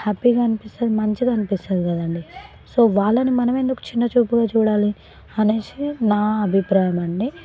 హ్యాపీగా అనిపిస్తుంది మంచిగా అనిపిస్తుంది కద అండి సో వాళ్ళని మనం ఎందుకు చిన్న చూపుగా చూడాలి అనేసి నా అభిప్రాయం అండి